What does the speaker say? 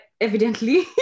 evidently